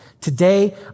Today